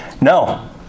No